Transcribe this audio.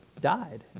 died